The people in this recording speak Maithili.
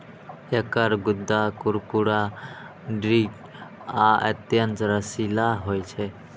एकर गूद्दा कुरकुरा, दृढ़ आ अत्यंत रसीला होइ छै